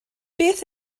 beth